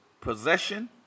possession